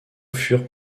furent